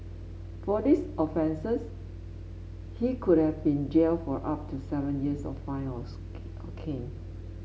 for his offences he could have been jailed for up to seven years or fined or caned